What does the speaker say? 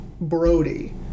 Brody